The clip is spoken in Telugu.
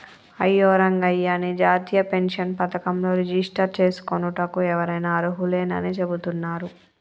అయ్యో రంగయ్య నీ జాతీయ పెన్షన్ పథకంలో రిజిస్టర్ చేసుకోనుటకు ఎవరైనా అర్హులేనని చెబుతున్నారు